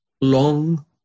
long